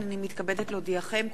הנני מתכבדת להודיעכם,